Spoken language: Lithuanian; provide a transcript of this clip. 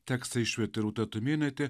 tekstą išvertė rūta tumėnaitė